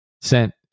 sent